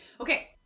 okay